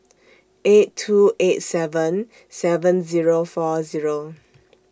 eight two eight seven seven Zero four Zero